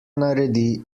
naredi